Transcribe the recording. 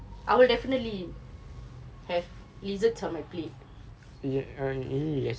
I will definitely have lizards on my plate